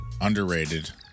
Underrated